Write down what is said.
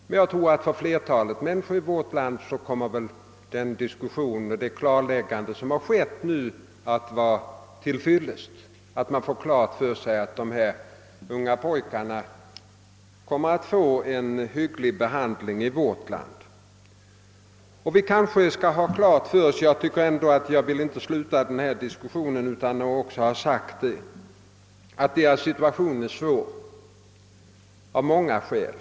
Men jag tror att diskussionen och de klarlägganden som nu har gjorts för flertalet människor i vårt land är till fyllest, d.v.s. att man fått klart för sig att.de här unga pojkarna kommer att få en hygglig behandling i vårt land. Vi kanske ändå skall ha klart för oss — jag vill inte sluta denna diskussion utan att också ha sagt det — att deras situation är svår av många skäl.